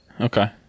Okay